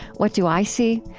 what do i see?